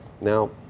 now